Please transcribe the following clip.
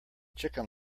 chicken